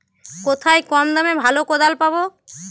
কোথায় কম দামে ভালো কোদাল পাব?